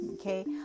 okay